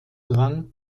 rang